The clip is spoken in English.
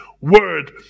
word